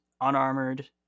unarmored